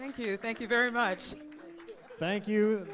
man thank you thank you very much thank you